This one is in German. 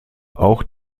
auch